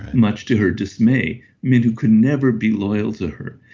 much to her dismay men who could never be loyal to her.